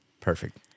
Perfect